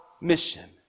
mission